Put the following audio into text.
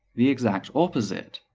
the exact opposite.